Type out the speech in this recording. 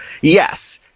yes